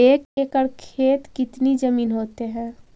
एक एकड़ खेत कितनी जमीन होते हैं?